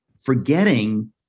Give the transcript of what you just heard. forgetting